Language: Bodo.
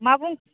मा बुं